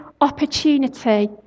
opportunity